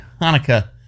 Hanukkah